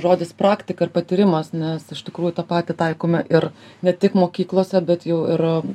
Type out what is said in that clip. žodis praktika ir patyrimas nes iš tikrųjų tą patį taikome ir ne tik mokyklose bet jau ir